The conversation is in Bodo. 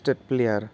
state player